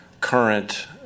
current